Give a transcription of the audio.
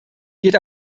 geht